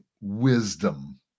wisdom